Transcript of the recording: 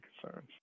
concerns